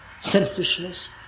selfishness